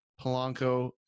Polanco